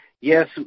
yes